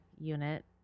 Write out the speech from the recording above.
unit